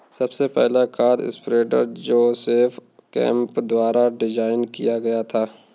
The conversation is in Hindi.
सबसे पहला खाद स्प्रेडर जोसेफ केम्प द्वारा डिजाइन किया गया था